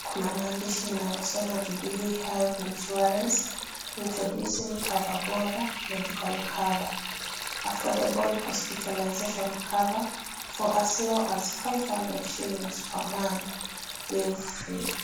kuna maandishi yanayosema, 'Jubilee Health Insurance, Introducing Cover Bora Medical Cover, Affordable Hospitalization Cover for as low as 500 shillings per month, Live Free .